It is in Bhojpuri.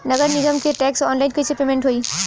नगर निगम के टैक्स ऑनलाइन कईसे पेमेंट होई?